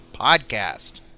podcast